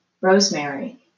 rosemary